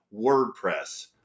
WordPress